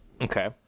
Okay